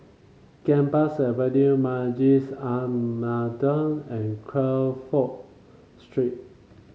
Gambas Avenue Masjid An Nahdhah and Crawford Street